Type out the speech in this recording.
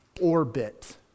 orbit